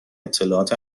اطلاعات